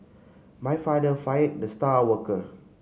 my father fired the star worker